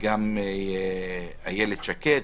וגם של איילת שקד,